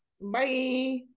Bye